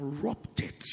corrupted